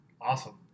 Awesome